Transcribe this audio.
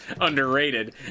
underrated